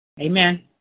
Amen